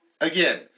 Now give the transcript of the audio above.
again